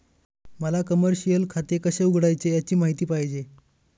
मला कमर्शिअल खाते कसे उघडायचे याची माहिती पाहिजे